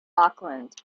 auckland